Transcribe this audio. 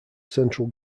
central